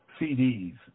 CDs